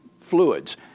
fluids